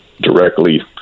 directly